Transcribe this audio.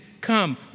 come